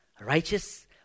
righteous